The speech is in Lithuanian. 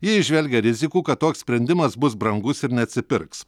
jie įžvelgia rizikų kad toks sprendimas bus brangus ir neatsipirks